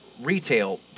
retail